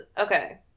okay